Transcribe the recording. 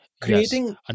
Creating